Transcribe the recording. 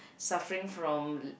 suffering from